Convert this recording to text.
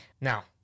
Now